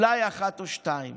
אחת או שתיים